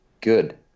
good